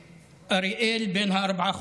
ואריאל בן ארבעה חודשים.